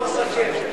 צריך לסכם?